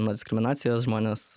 nuo diskriminacijos žmonės